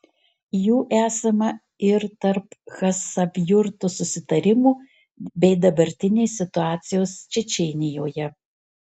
jų esama ir tarp chasavjurto susitarimų bei dabartinės situacijos čečėnijoje